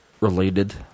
related